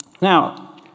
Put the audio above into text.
Now